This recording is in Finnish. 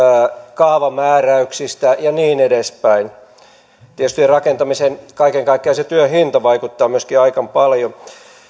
kaavamääräyksistä ja niin edespäin tietysti rakentamisessa kaiken kaikkiaan se työn hinta vaikuttaa myöskin aika paljon